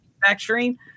Manufacturing